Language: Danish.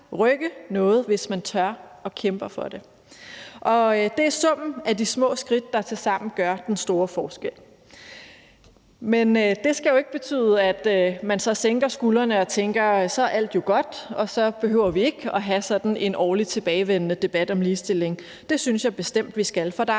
rykke noget, hvis man tør og kæmper for det, og det er summen af de små skridt, der tilsammen gør den store forskel. Men det skal jo ikke betyde, at man så sænker skuldrene og tænker: Så er alt jo godt, og så behøver vi ikke at have sådan en årligt tilbagevendende debat om ligestilling. Det synes jeg bestemt vi skal, for der